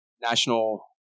National